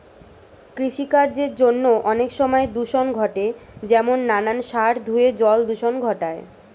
কৃষিকার্যের জন্য অনেক সময় দূষণ ঘটে যেমন নানান সার ধুয়ে জল দূষণ ঘটায়